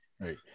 Right